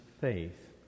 faith